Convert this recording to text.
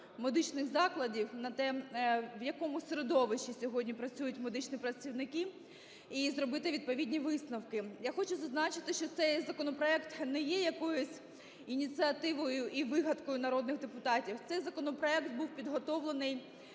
медичних закладів, на те, в якому середовищі сьогодні працюють медичні працівники і зробити відповідні висновки. Я хочу зазначити, що цей законопроект не є якоюсь ініціативою і вигадкою народних депутатів, цей законопроект був підготовлений